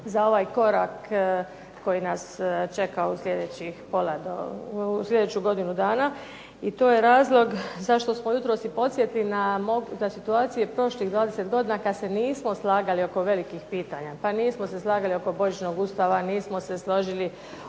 za ovaj korak koji nas čeka u sljedećih godinu dana. I to je razlog zašto smo jutros podsjetili na situacije prošlih 20 godina kada se nismo slagali oko velikih pitanja. Pa nismo se slagali oko božićnog Ustava, nismo se složili